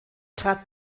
trat